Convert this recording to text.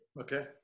Okay